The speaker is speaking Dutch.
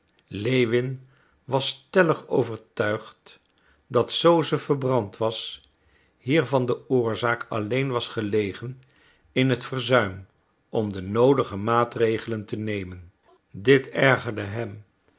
lewin was stellig overtuigd dat zoo ze verbrand was hiervan de oorzaak alleen was gelegen in het verzuim om de noodige maatregelen te nemen dit ergerde hem